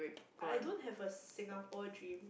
I don't have a Singapore dream